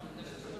כבל,